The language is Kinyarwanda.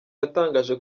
yatangaje